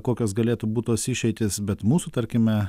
kokios galėtų būt tos išeitys bet mūsų tarkime